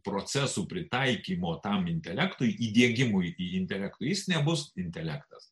procesų pritaikymo tam intelektui įdiegimui į intelektą jis nebus intelektas